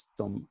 som